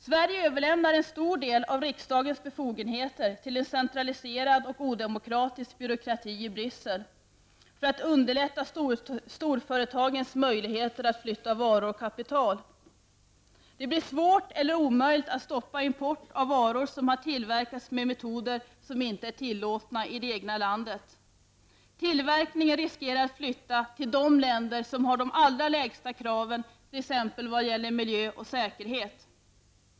Sverige överlämnar en stor del av riksdagens befogenheter till en centraliserad och odemokratisk byråkrati i Bryssel, för att underlätta storföretagens möjligheter att flytta varor och kapital. Det blir svårt eller omöjligt att stoppa import av varor som har tillverkats med metoder som inte är tillåtna i det egna landet. Tillverkningen riskerar att flytta till de länder som har de lägsta kraven, t.ex. vad gäller miljö och säkerhet.